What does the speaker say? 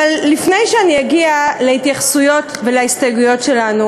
לפני שאני אגיע להתייחסות ולהסתייגויות שלנו,